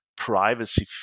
privacy